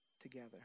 together